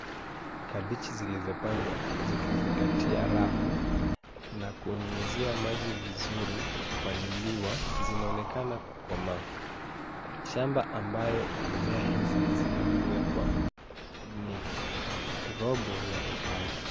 Kabichi zilizopandwa zingizingatia rafu na kunyunyizia maji vizuri kupaliliwa, zinaonekana kukomaa. Shamba ambayo mimea hizi zilikuwekwa ni robo ya hekali.